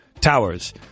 Towers